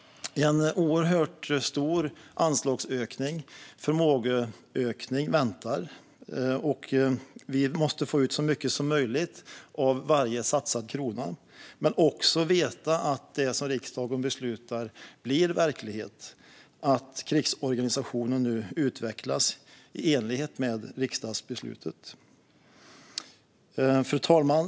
En oerhört stor anslagsökning och förmågeökning väntar, och vi måste få ut så mycket som möjligt av varje satsad krona och också veta att det som riksdagen beslutar blir verklighet, alltså att krigsorganisationen utvecklas i enlighet med riksdagsbeslutet. Fru talman!